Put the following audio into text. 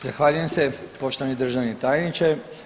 Zahvaljujem se poštovani državni tajniče.